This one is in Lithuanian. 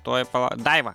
tuoj pala daiva